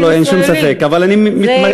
לא לא, אין שום ספק, אבל אני מתמקד.